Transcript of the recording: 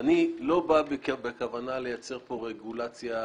ואני לא בא בכוונה לייצר פה רגולציה